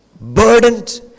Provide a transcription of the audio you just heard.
burdened